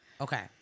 okay